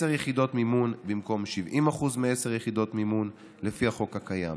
10 יחידות מימון במקום 70% מ-10 יחידות מימון לפי החוק הקיים.